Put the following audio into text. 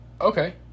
Okay